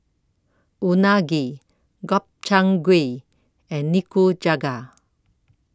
Unagi Gobchang Gui and Nikujaga